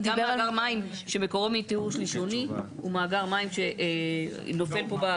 גם מאגר מים שמקורו מטיהור שלישוני הוא מאגר מים שנופל פה.